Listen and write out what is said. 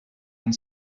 and